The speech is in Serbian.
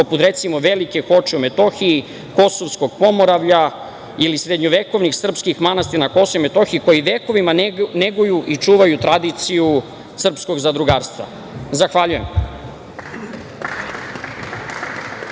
poput, recimo, Velike Hoče u Metohiji, Kosovskog pomoravlja ili srednjovekovnih srpskih manastira na KiM, koji vekovima neguju i čuvaju tradiciju srpskog zadrugarstva? Zahvaljujem.